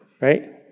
right